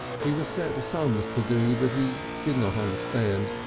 he was set sums to do that he did not understand,